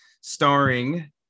starring